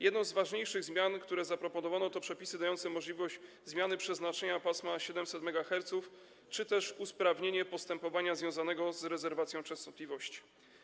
Jedną z ważniejszych zmian, które zaproponowano, są przepisy dające możliwość zmiany przeznaczenia pasma 700 MHz czy też usprawnienie postępowania związanego z rezerwacją częstotliwości.